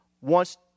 wants